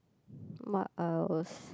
what I was